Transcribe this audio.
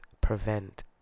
prevent